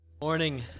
morning